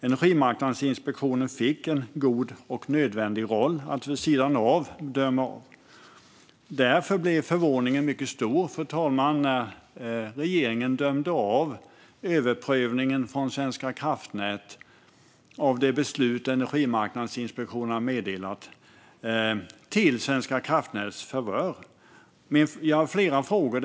Energimarknadsinspektionen fick en god och nödvändig roll att döma vid sidan av. Därför blev förvåningen mycket stor, fru talman, när regeringen efter Svenska kraftnäts överprövning av det beslut Energimarknadsinspektionen meddelat dömde till Svenska kraftnäts favör. Jag har flera frågor.